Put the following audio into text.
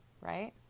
right